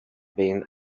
been